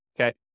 okay